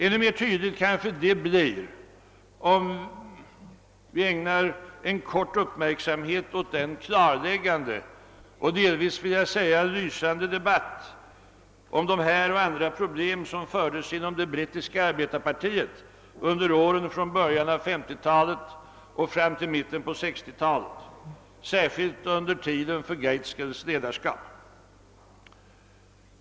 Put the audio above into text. Ännu mer tydligt kanske detta blir, om vi ägnar en smula uppmärksamhet åt den klarläggande och delvis lysande debatt om dessa och andra problem som fördes inom det brittiska arbetarpartiet under åren från början av 1950 talet fram till mitten av 1960-talet, särskilt under tiden för Gaitskells ledarskap.